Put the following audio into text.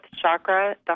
chakra